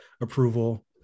approval